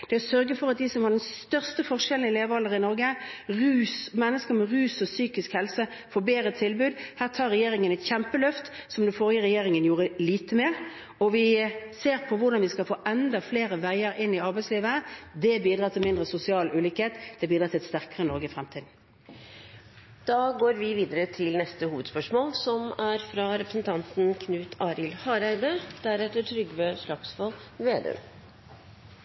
det – det er å sørge for at de som har den laveste levealderen i Norge, mennesker som sliter med rusproblemer og psykisk helse, får et bedre tilbud. Her tar regjeringen et kjempeløft, som den forrige regjeringen gjorde lite med. Vi ser også på hvordan vi skal få enda flere veier inn i arbeidslivet. Det bidrar til mindre sosial ulikhet, det bidrar til et sterkere Norge i fremtiden. Da går vi videre til neste hovedspørsmål.